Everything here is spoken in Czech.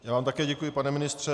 Já vám také děkuji, pane ministře.